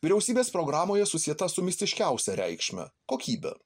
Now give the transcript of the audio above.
vyriausybės programoje susieta su mistiškiausia reikšme kokybe